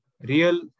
real